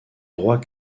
droit